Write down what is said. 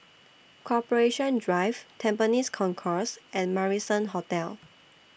Corporation Drive Tampines Concourse and Marrison Hotel